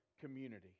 community